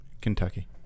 Kentucky